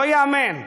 לא ייאמן.